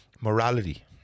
morality